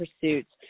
pursuits